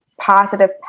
positive